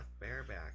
bareback